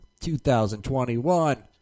2021